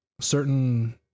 Certain